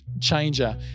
changer